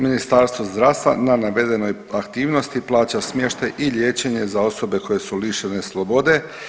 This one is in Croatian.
Ministarstvo zdravstva na navedenoj aktivnosti plaća smještaj i liječenje za osobe koje su lišene slobode.